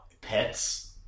pets